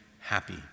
happy